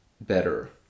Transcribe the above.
better